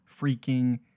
freaking